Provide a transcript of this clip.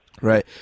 Right